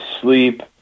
sleep